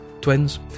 twins